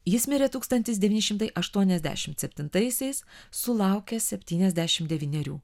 jis mirė tūkstantis devyni šimtai aštuoniasdešimt septintaisiais sulaukęs septyniasdešim devynerių